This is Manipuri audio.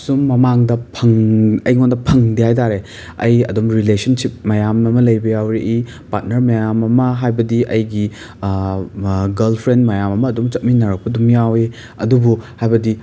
ꯁꯨꯝ ꯃꯃꯥꯡꯗ ꯐꯪ ꯑꯩꯉꯣꯟꯗ ꯐꯪꯗꯦ ꯍꯥꯏꯇꯥꯔꯦ ꯑꯩ ꯑꯗꯨꯝ ꯔꯤꯂꯦꯁꯟꯁꯤꯞ ꯃꯌꯥꯝ ꯑꯃ ꯂꯩꯕ ꯌꯥꯎꯔꯛꯏ ꯄꯥꯠꯅꯔ ꯃꯌꯥꯝ ꯑꯃ ꯍꯥꯏꯕꯗꯤ ꯑꯩꯒꯤ ꯃꯥ ꯒꯔꯜ ꯐ꯭ꯔꯦꯟ ꯃꯌꯥꯝ ꯑꯃ ꯑꯗꯨꯝ ꯄꯠꯃꯤꯟꯅꯔꯛꯄ ꯑꯗꯨꯝ ꯌꯥꯎꯏ ꯑꯗꯨꯕꯨ ꯍꯥꯏꯕꯗꯤ